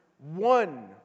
One